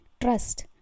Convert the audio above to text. Trust